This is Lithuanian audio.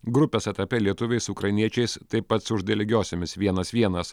grupės etape lietuviai su ukrainiečiais taip pat sužaidė lygiosiomis vienas vienas